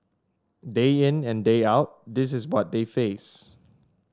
day in and day out this is what they face